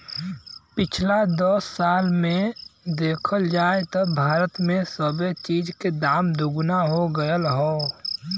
पिछला दस साल मे देखल जाए त भारत मे सबे चीज के दाम दुगना हो गएल हौ